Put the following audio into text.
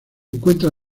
encuentra